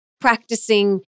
practicing